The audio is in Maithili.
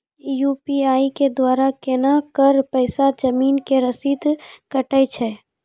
यु.पी.आई के द्वारा केना कऽ पैसा जमीन के रसीद कटैय छै?